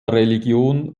religion